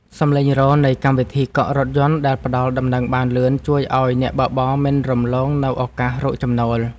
សម្លេងរោទ៍នៃកម្មវិធីកក់រថយន្តដែលផ្ដល់ដំណឹងបានលឿនជួយឱ្យអ្នកបើកបរមិនរំលងនូវឱកាសរកចំណូល។